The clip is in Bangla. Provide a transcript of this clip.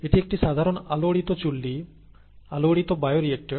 এটি একটি সাধারণ আলোড়িত চুল্লি আলোড়িত বায়োরিক্টর